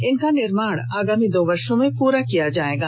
इनका निर्माण आगामी दो वर्षो में पूरा कर लिया जायेगा